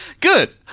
Good